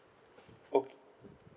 okay